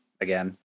again